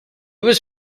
was